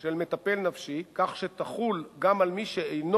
של מטפל נפשי כך שתחול גם על מי שאינו